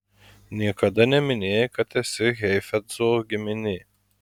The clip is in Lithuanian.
niekada neminėjai kad esi heifetzo giminė